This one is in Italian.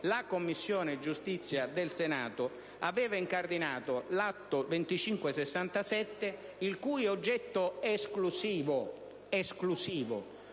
La Commissione giustizia del Senato aveva già incardinato l'Atto Senato n. 2567, il cui oggetto esclusivo